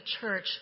church